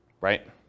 right